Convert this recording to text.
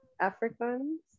Africans